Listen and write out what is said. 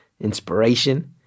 inspiration